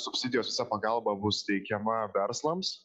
subsidijos visa pagalba bus teikiama verslams